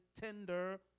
tender